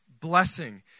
blessing